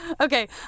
Okay